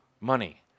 money